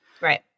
Right